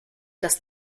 das